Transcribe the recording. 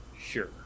Sure